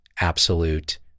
absolute